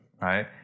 right